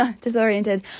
disoriented